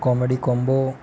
comedy combo